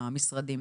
למשרדים.